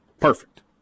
perfect